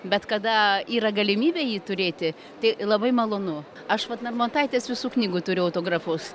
bet kada yra galimybė jį turėti tai labai malonu aš vat narmontaitės visų knygų turiu autografus